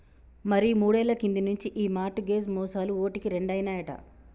మరి మూడేళ్ల కింది నుంచి ఈ మార్ట్ గేజ్ మోసాలు ఓటికి రెండైనాయట